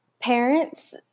parents